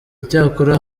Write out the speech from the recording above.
icyakora